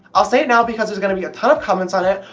i'll say it now because there's going to be a ton of comments on it,